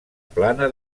plana